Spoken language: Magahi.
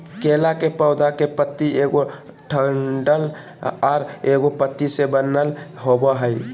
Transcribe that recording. केला के पौधा के पत्ति एगो डंठल आर एगो पत्ति से बनल होबो हइ